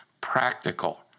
practical